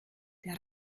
der